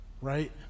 Right